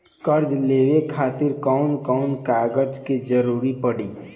कर्जा लेवे खातिर कौन कौन कागज के जरूरी पड़ी?